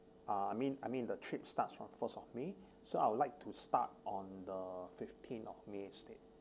uh I mean I mean the trip starts from first of may so I would like to start on the fifteen of may instead